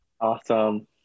Awesome